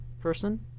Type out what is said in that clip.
person